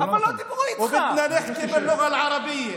(אומר בערבית: